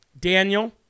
Daniel